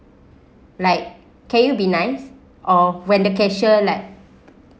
like can you be nice or when the cashier like